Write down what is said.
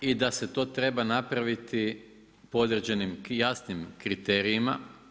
I da se to treba napraviti po određenim i jasnim kriterijima.